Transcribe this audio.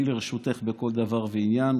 אני לרשותך בכל דבר ועניין.